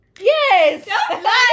Yes